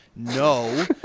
No